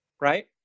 Right